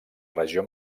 regió